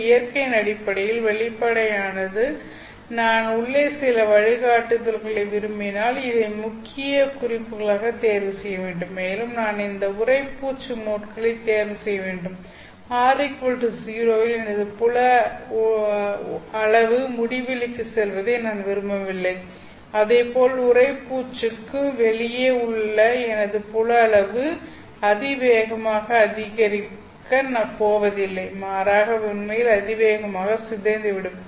இந்த இயற்கையின் அடிப்படையில் வெளிப்படையானது நான் உள்ளே சில வழிகாட்டுதல்களை விரும்பினால்இதை முக்கிய குறிப்புகளாக தேர்வு செய்ய வேண்டும் மேலும் நான் இதை உறைப்பூச்சு மோட்களை தேர்வு செய்ய வேண்டும் R 0 இல் எனது புல அளவு முடிவிலிக்குச் செல்வதை நான் விரும்பவில்லை அதேபோல் உறைப்பூச்சுக்கு வெளியே உள்ள எனது புல அளவு அதிவேகமாக அதிகரிக்கப் போவதில்லை மாறாக அவை உண்மையில் அதிவேகமாக சிதைந்துவிடும்